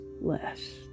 less